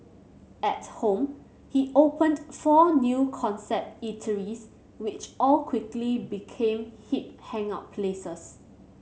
at home he opened four new concept eateries which all quickly became hip hangout places